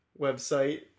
website